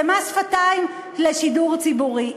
זה מס שפתיים לשידור ציבורי.